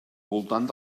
voltant